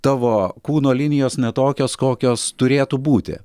tavo kūno linijos ne tokios kokios turėtų būti